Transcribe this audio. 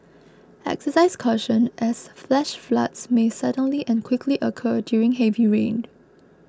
exercise caution as flash floods may suddenly and quickly occur during heavy rain